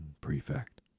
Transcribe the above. prefect